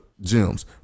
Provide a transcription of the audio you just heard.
gems